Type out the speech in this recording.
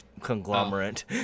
conglomerate